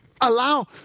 allow